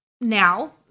now